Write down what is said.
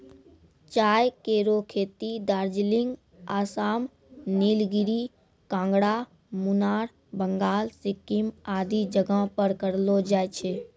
चाय केरो खेती दार्जिलिंग, आसाम, नीलगिरी, कांगड़ा, मुनार, बंगाल, सिक्किम आदि जगह पर करलो जाय छै